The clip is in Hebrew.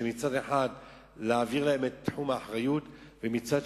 מצד אחד להעביר להם את תחום האחריות ומצד